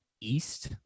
east